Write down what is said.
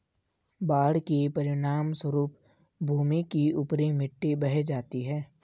बाढ़ के परिणामस्वरूप भूमि की ऊपरी मिट्टी बह जाती है